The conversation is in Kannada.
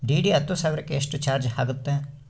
ಡಿ.ಡಿ ಹತ್ತು ಸಾವಿರಕ್ಕೆ ಎಷ್ಟು ಚಾಜ್೯ ಆಗತ್ತೆ?